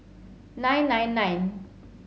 nine nine nine